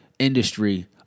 industry